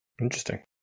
interesting